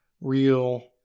real